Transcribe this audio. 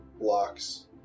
blocks